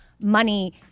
money